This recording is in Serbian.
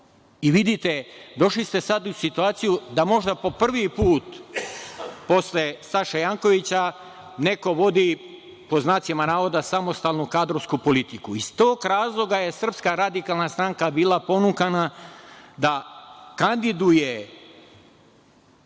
opominje. Vidite, došli ste sada u situaciju da možda po prvi put posle Saše Jankovića neko vodi, pod znacima navoda, samostalnu kadrovsku politiku. Iz tog razloga je Srpska radikalna stranka bila ponukana da kandiduje